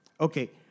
Okay